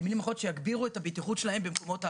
במילים אחרות שיגבירו את הבטיחות שלהם במקומות העבודה.